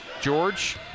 George